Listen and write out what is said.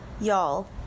Y'all